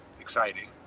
exciting